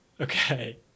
Okay